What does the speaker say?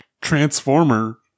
transformer